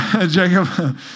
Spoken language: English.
Jacob